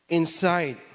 inside